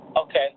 Okay